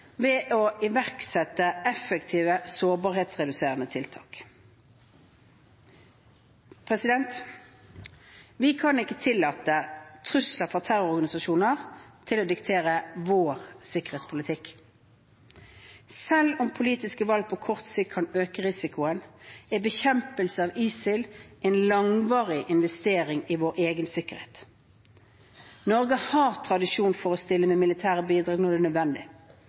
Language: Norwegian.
ved å iverksette effektive sårbarhetsreduserende tiltak. Vi kan ikke tillate trusler fra terrororganisasjoner å diktere vår sikkerhetspolitikk. Selv om politiske valg på kort sikt kan øke risikoen, er bekjempelsen av ISIL en langvarig investering i vår egen sikkerhet. Norge har tradisjon for å stille med militære bidrag når det er nødvendig.